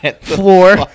floor